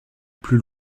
plus